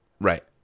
Right